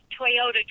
Toyota